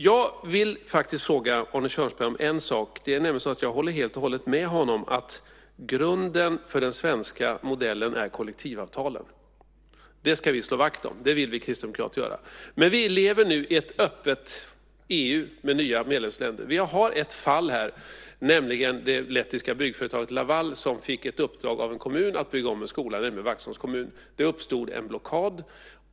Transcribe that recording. Jag vill fråga Arne Kjörnsberg om en sak. Jag håller helt och hållet med honom att grunden för den svenska modellen är kollektivavtalen. Det ska vi slå vakt om. Det vill vi kristdemokrater göra. Vi lever nu i ett öppet EU med nya medlemsländer. Vi har ett fall här, nämligen det lettiska byggföretaget Laval som fick ett uppdrag av en kommun att bygga om en skola, nämligen Vaxholms kommun. Det uppstod en blockad.